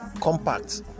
compact